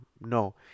No